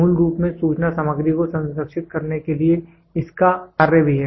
मूल रूप में सूचना सामग्री को संरक्षित करने के लिए इसका एक कार्य भी है